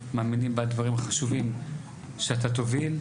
מאמינים בדברים החשובים שאתה תוביל.